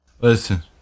Listen